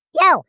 yo